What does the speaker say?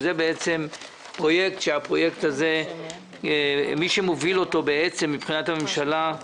שהוא פרויקט שמי שמוביל אותו מבחינת הממשלה הוא